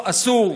אסור,